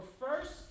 first